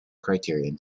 criterion